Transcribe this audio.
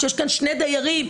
כשיש כאן שני דיירים,